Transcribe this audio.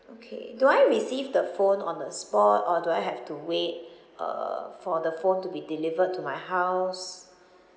okay do I receive the phone on the spot or do I have to wait uh for the phone to be delivered to my house